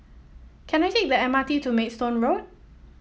can I take the M R T to Maidstone Road